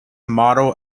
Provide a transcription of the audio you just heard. model